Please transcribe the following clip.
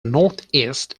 northeast